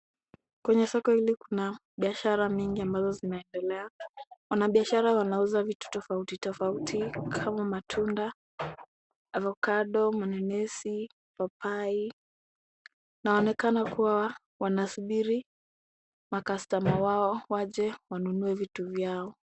Kwenye soko hili kuna biashara mingi ambazo zinaendelea. Wanabiashara wanauza vitu tofauti tofauti kama matunda, avocado , mananasi, papai. Inaonekana kuwa wanasubiri macustomer wao waje wanunue vitu vyao.